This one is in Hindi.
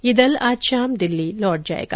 यह दल आज शाम दिल्ली लौट जायेगा